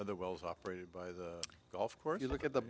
of the wells operated by the golf course you look at the